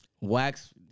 Wax